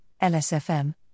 LSFM